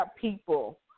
people